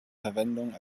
verwendung